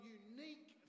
unique